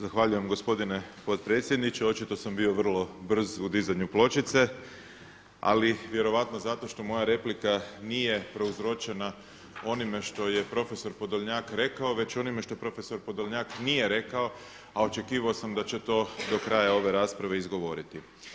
Zahvaljujem gospodine potpredsjedniče, očito sam bio vrlo brz u dizanju pločice ali vjerojatno zato što moja replika nije prouzročena onime što je profesor Podolnjak rekao već onime što profesor Podolnjak nije rekao a očekivao sam da će to do kraja ove rasprave izgovoriti.